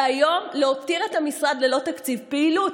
ולהותיר היום את המשרד ללא תקציב פעילות.